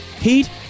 heat